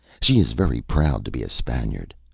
she is very proud to be a spaniard.